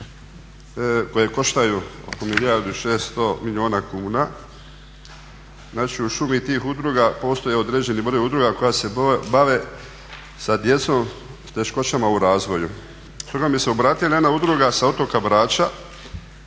koje koštaju oko milijardu i 600 milijuna kuna. Znači u šumi tih udruga postoje određeni broj udruga koje se bave sa djecom s teškoćama u razvoju. Stoga mi se obratila jedna udruga sa otoka Brača,